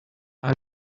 are